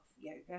yoga